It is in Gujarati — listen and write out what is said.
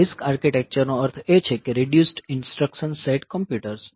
RISC આર્કિટેક્ચરનો અર્થ એ છે કે રિડ્યુસ્ડ ઇન્સટ્રકશન સેટ કમ્પ્યુટર્સ